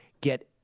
get